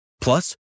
Plus